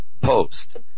post